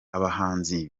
abahanzi